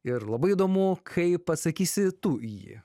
ir labai įdomu kaip pasakysi tu jį